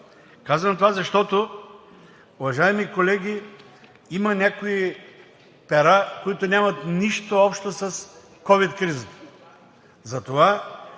Казвам това, защото, уважаеми колеги, има някои пера, които нямат нищо общо с ковид кризата.